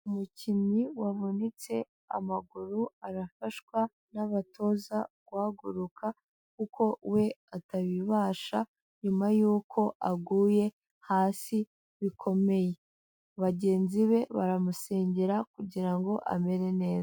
Umukinnyi wavunitse amaguru, arafashwa n'abatoza guhaguruka kuko we atabibasha, nyuma y'uko aguye hasi bikomeye. Bagenzi be baramusengera kugira ngo ngo amere neza.